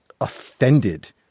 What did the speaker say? offended